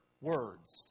words